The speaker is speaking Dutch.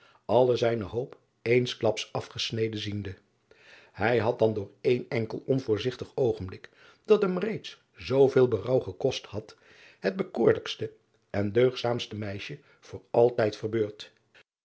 alle zijne hoop eensklaps afgesneden ziende ij had dan door één enkel onvoorzigtig oogenblik dat hem reeds zooveel berouw gekost had het bekoorlijkste en deugdzaamste meisje voor altijd verbeurd